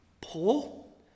Paul